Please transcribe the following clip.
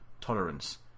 tolerance